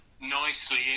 nicely